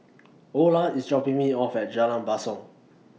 Orla IS dropping Me off At Jalan Basong